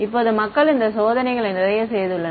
இப்போது மக்கள் இந்த சோதனைகளை நிறைய செய்துள்ளனர்